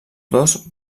dos